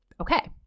Okay